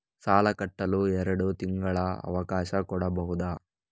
ಸಾಲ ಕಟ್ಟಲು ಎರಡು ತಿಂಗಳ ಅವಕಾಶ ಕೊಡಬಹುದಾ?